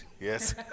Yes